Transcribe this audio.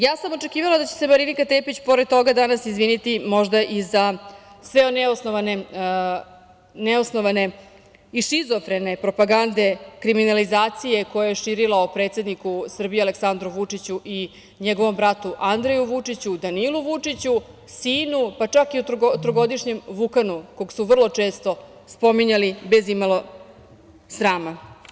Ja sam očekivala da će se Marinika Tepić pored toga danas izviniti možda i za sve one neosnovane i šizofrene propagande kriminalizacije koje je širila o predsedniku Srbije, Aleksandru Vučiću i njegovom bratu Andreju Vučiću, Danilu Vučiću sinu, pa čak i trogodišnjem Vukanu kog su vrlo često spominjali bez imalo srama.